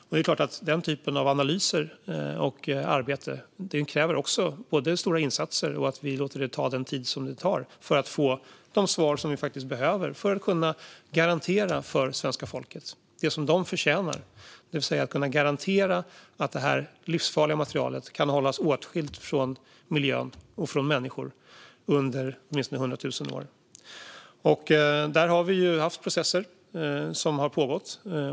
Det är klart att denna typ av analyser och arbete också kräver både stora insatser och att vi låter det ta den tid som det tar för att få de svar som vi faktiskt behöver för att kunna garantera svenska folket det som de förtjänar, det vill säga att vi kan garantera att detta livsfarliga material kan hållas åtskilt från miljön och från människor under åtminstone hundra tusen år. Där har vi haft processer som har pågått.